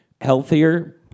healthier